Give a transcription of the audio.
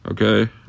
Okay